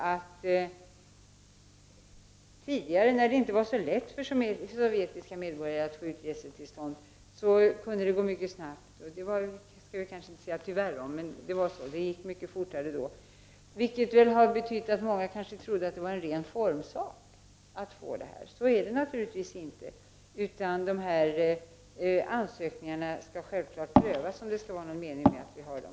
Tidigare, när det inte var så lätt för sovjetiska medborgare att få utresetillstånd, kunde det gå mycket snabbt, vilket har betytt att många har trott att det varit en ren formsak att få visering. Så är det naturligtvis inte, utan ansökningarna skall självfallet prövas, om det skall vara någon mening med dem.